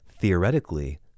theoretically